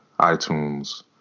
iTunes